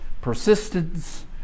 persistence